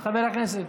חבר הכנסת.